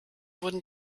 wurden